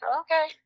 Okay